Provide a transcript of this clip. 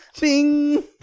Bing